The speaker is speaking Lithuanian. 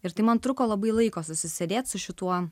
ir tai man truko labai laiko susisėdėti su šituo